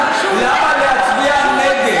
שלא לא השמעתם אפילו טיעון אחד למה להצביע נגד.